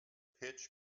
pitch